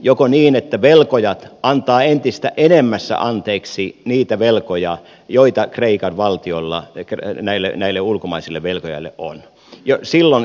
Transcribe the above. joko niin että velkojat antavat entistä enemmän anteeksi niitä velkoja joita kreikan valtiolla näille ulkomaisille velkojille on